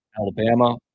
Alabama